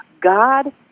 God